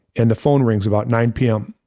and the phone rings about nine pm.